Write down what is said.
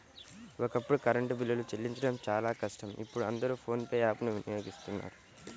ఒకప్పుడు కరెంటు బిల్లులు చెల్లించడం చాలా కష్టం ఇప్పుడు అందరూ ఫోన్ పే యాప్ ను వినియోగిస్తున్నారు